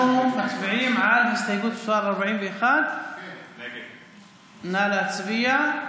אנחנו מצביעים על הסתייגות מס' 41. נא להצביע.